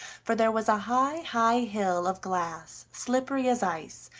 for there was a high, high hill of glass, slippery as ice,